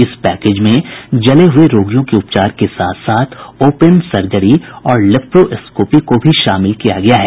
इस पैकेज में जले हुये रोगियों के उपचार के साथ साथ ओपन सर्जरी और लेप्रोस्कोपी को भी शामिल किया गया है